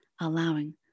allowing